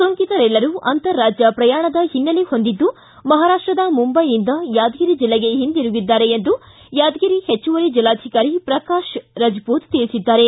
ಸೋಂಕಿತರೆಲ್ಲರೂ ಅಂತರರಾಜ್ಯ ಪ್ರಯಾಣದ ಹಿನ್ನೆಲೆ ಹೊಂದಿದ್ದು ಮಹಾರಾಷ್ಟದ ಮುಂಬೈಯಿಂದ ಯಾದಗಿರಿ ಜಿಲ್ಲೆಗೆ ಹಿಂದಿರುಗಿದ್ದಾರೆ ಎಂದು ಯಾದಗಿರಿ ಹೆಚ್ಚುವರಿ ಜಿಲ್ಲಾಧಿಕಾರಿ ಪ್ರಕಾಶ್ ರಜಪೂತ್ ತಿಳಿಸಿದ್ದಾರೆ